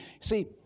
See